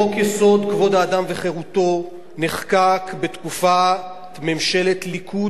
חוק-יסוד: כבוד האדם וחירותו נחקק בתקופת ממשלת ליכוד,